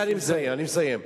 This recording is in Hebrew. אני מסיים, אני מסיים.